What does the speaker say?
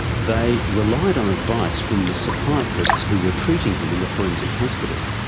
they relied on advice from the psychiatrists who were treating him in the forensic hospital,